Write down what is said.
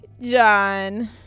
John